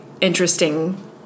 interesting